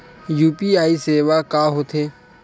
UPI सेवा का होथे?